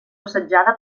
assetjada